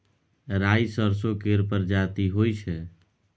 राई सरसो केर परजाती होई छै